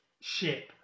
ship